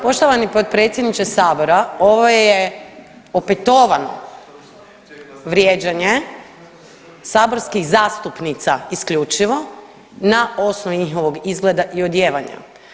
Poštovani potpredsjedniče sabora, ovo je opetovano vrijeđanje saborskih zastupnica isključivo na osnovi njihovog izgleda i odijevanja.